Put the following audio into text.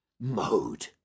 mode